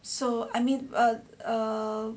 so I mean ugh ugh